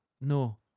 No